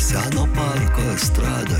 seno parko estradoj